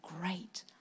great